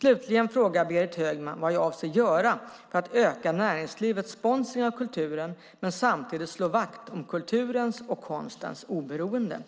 Slutligen frågar Berit Högman vad jag avser att göra för att öka näringslivets sponsring av kulturen men samtidigt slå vakt om kulturens och konstens oberoende?